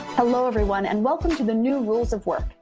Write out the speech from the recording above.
hello everyone, and welcome to the new rules of work,